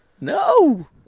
No